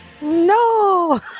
no